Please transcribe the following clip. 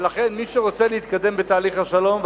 ולכן מי שרוצה להתקדם בתהליך השלום,